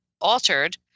altered